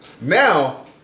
Now